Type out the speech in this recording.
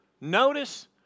Notice